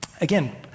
Again